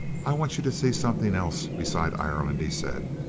i want you to see something else besides ireland, he said.